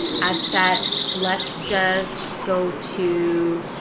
ad set, let's just go to,